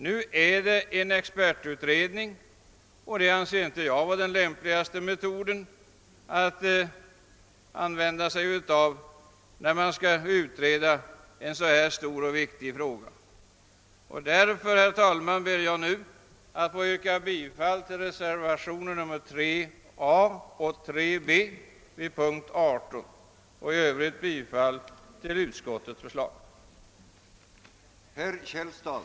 Nu är det en expertutredning som behandlar den frågan, och det anser jag inte vara den bästa och lämpligaste metoden. Därför yrkar jag bifall till reservationerna 3 a och 3 b. I övrigt yrkar jag bifall till utskottets hemställan.